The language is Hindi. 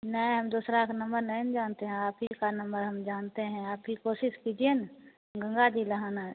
नहीं हम दूसरा का नंबर नहीं ना जानते हैं आप ही का नंबर हम जानते हैं आप ही कोशिश कीजिए ना गंगा जी नहाना है